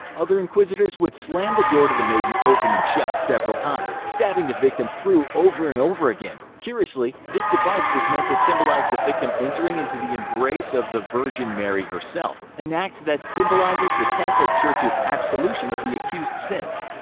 other inquisitors would slam the door to the maiden open and shut several times, stabbing the victim through over and over again. curiously, the device was meant to symbolize the victim entering into the embrace of the virgin mary herself, an act that symbolizes the catholic church's absolution of the accused's sins.